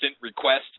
request